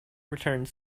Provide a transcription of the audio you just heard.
returned